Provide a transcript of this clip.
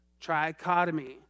Trichotomy